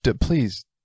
please